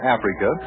Africa